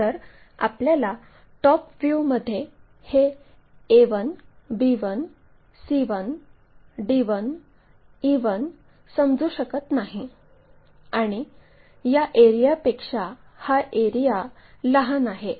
तर आपल्याला टॉप व्ह्यूमध्ये हे A1 B1 C1 D1 E1 समजू शकत नाही आणि या एरिया पेक्षा हा एरिया लहान आहे